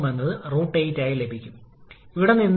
അതിനാൽ നമ്മൾ അന്വേഷിച്ച രണ്ട് ഫലങ്ങളാണിവ